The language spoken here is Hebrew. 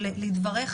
שלדבריך,